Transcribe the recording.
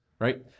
right